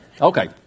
Okay